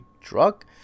drug